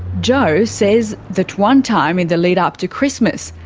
joe says that one time in the lead up to christmas,